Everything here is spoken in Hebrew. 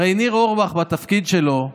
הרי ניר אורבך בתפקיד שלו,